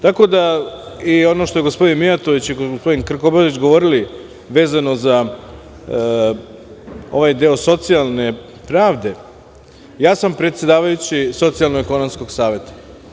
Tako da i ono što je gospodin Mijatović i gospodin Krkobabić govorili vezano za ovaj deo socijalne pravde, ja sam predsedavajući Socijalno-ekonomskog saveta.